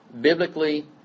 biblically